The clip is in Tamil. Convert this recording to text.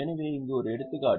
எனவே இங்கே ஒரு எடுத்துக்காட்டு